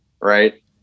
Right